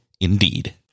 Indeed